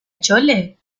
chole